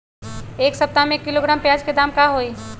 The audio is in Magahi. एक सप्ताह में एक किलोग्राम प्याज के दाम का होई?